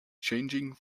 changing